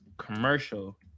Commercial